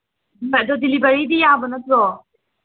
ꯑꯗꯣ ꯗꯤꯂꯤꯕꯔꯤꯗꯤ ꯌꯥꯕ ꯅꯠꯇ꯭ꯔꯣ